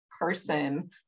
person